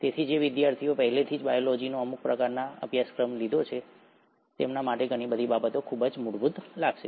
તેથી જે વિદ્યાર્થીઓએ પહેલાથી જ બાયોલોજીનો અમુક પ્રકારનો અભ્યાસક્રમ લીધો છે તેમના માટે ઘણી બધી બાબતો ખૂબ જ મૂળભૂત લાગશે